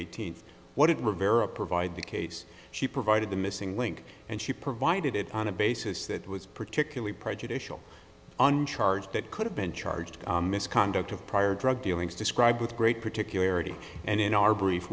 eighteenth what it were very provide the case she provided the missing link and she provided it on a basis that was particularly prejudicial uncharged that could have been charged misconduct of prior drug dealings described with great particularities and in our brief